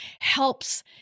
helps